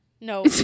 No